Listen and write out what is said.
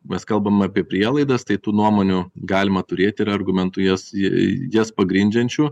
mes kalbame apie prielaidas tai tų nuomonių galima turėti ir argumentų jas į jas pagrindžiančių